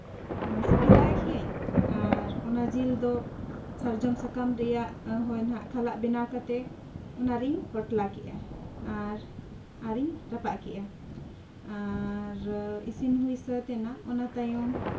ᱥᱤᱯᱤ ᱞᱟᱦᱟ ᱠᱮᱫ ᱟᱹᱧ ᱟᱨ ᱚᱱᱟ ᱡᱤᱞ ᱫᱚ ᱥᱟᱨᱡᱚᱢ ᱥᱟᱠᱟᱢ ᱨᱮᱭᱟᱜ ᱦᱳᱭ ᱱᱟᱦᱟᱸᱜ ᱠᱷᱟᱞᱟᱜ ᱵᱮᱱᱟᱣ ᱠᱟᱛᱮᱫ ᱚᱱᱟ ᱨᱮᱧ ᱯᱚᱴᱞᱟ ᱠᱮᱫᱼᱟ ᱟᱨ ᱟᱹᱨᱤᱧ ᱨᱟᱯᱟᱜ ᱠᱮᱫᱼᱟ ᱟᱨ ᱤᱥᱤᱱ ᱦᱩᱭ ᱥᱟᱹᱛ ᱮᱱᱟ ᱚᱱᱟ ᱛᱟᱭᱚᱢ